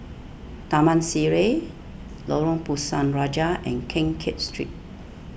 Taman Sireh Lorong Pisang Raja and Keng Kiat Street